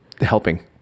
helping